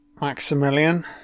Maximilian